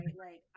right